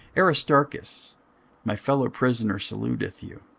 aristarchus my fellowprisoner saluteth you,